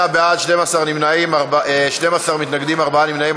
38 בעד, 12 מתנגדים, ארבעה נמנעים.